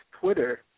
Twitter